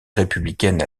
républicaine